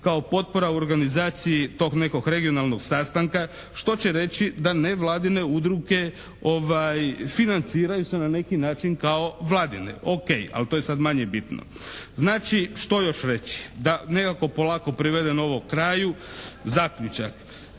kao potpora u organizaciji tog nekog regionalnog sastanka što će reći da nevladine udruge financiraju se na neki način kao Vladine. O.K. ali to je sada manje bitno. Znači, što još reći? Da nekako polako privedem ovo kraju zaključak.